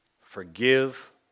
Forgive